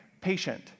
Patient